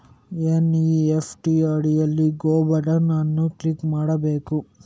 NEFT ಅಡಿಯಲ್ಲಿ go button ಅನ್ನು click ಮಾಡಬೇಕು